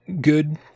good